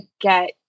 get